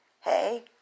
hey